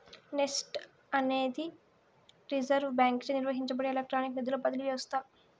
NEFT అనేది reserve బాంకీచే నిర్వహించబడే ఎలక్ట్రానిక్ నిధుల బదిలీ వ్యవస్త